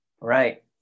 Right